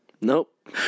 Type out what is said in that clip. Nope